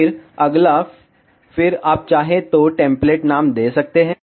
फिर अगला फिर आप चाहें तो टेम्पलेट नाम दे सकते हैं